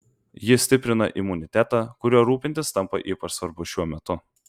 ji stiprina imunitetą kuriuo rūpintis tampa ypač svarbu šiuo metu